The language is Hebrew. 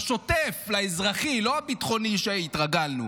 לשוטף, לאזרחי, לא הביטחוני שהתרגלנו.